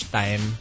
time